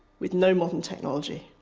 with no modern technology.